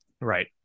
Right